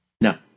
No